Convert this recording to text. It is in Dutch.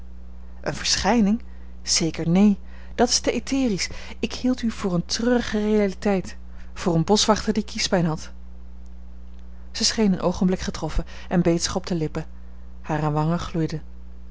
eene verschijning zeker neen dat is te etherisch ik hield u voor eene treurige realiteit voor een boschwachter die kiespijn had zij scheen een oogenblik getroffen en beet zich op de lippen hare wangen gloeiden